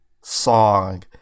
song